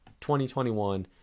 2021